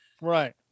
right